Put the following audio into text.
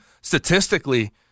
statistically